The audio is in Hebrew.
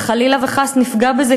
וחלילה וחס שנפגע בזה,